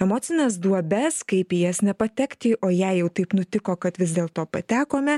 emocines duobes kaip į jas nepatekti o jei jau taip nutiko kad vis dėl to patekome